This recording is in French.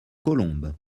colombes